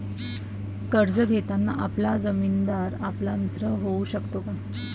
कर्ज घेताना आपला जामीनदार आपला मित्र होऊ शकतो का?